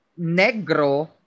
negro